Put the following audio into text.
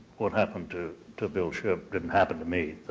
what happened to to bill shipp didn't happen to me.